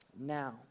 now